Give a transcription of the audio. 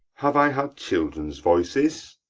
have i had children's voices?